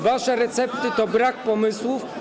Wasze recepty to brak pomysłów.